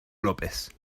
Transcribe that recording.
lópez